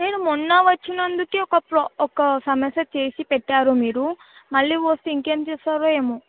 నేను మొన్న వచ్చినందుకు ఒక ప్రో ఒక సమస్య చేసి పెట్టారు మీరు మళ్ళీ వస్తే ఇంకేం చేస్తారో ఏమో